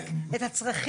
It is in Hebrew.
כדי לספק את הצרכים הללו.